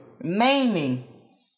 maiming